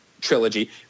trilogy